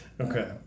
Okay